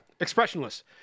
Expressionless